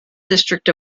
district